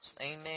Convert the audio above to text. Amen